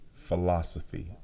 philosophy